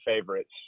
favorites